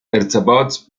ارتباط